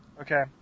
Okay